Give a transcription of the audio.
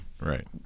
right